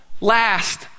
last